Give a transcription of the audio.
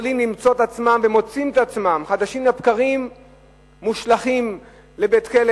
יכולים למצוא את עצמם ומוצאים את עצמם חדשים לבקרים מושלכים לבית-כלא,